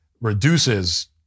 reduces